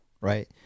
right